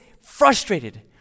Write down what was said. frustrated